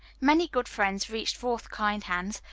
many good friends reached forth kind hands,